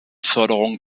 förderung